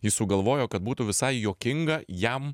jis sugalvojo kad būtų visai juokinga jam